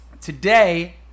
today